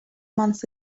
months